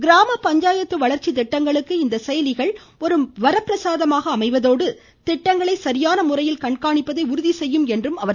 கிராம பஞ்சாயத்து வளர்ச்சி திட்டங்களுக்கு இந்த செயலிகள் ஒரு மாபெரும் வரப்பிரசாதமாக அமைவதோடு திட்டங்களை சரியான முறையில் கண்காணிப்பதை உறுதி செய்ய முடியும் என்றார்